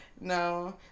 no